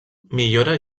millora